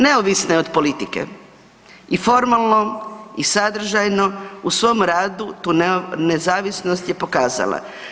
Neovisna je od politike i formalno i sadržajno u svom radu tu nezavisnost je pokazala.